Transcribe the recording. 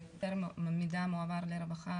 ויותר מידע מועבר לרווחה